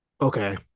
Okay